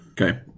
Okay